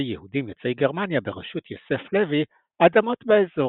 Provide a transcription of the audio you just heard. יהודים יוצאי גרמניה בראשות יוסף לוי אדמות באזור.